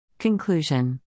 Conclusion